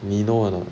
你 know or not